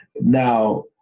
Now